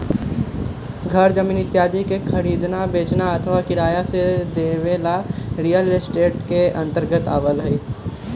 घर जमीन इत्यादि के खरीदना, बेचना अथवा किराया से देवे ला रियल एस्टेट के अंतर्गत आवा हई